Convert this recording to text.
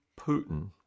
Putin